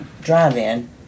drive-in